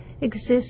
exists